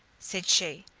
said she,